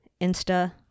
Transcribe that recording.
insta